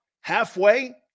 halfway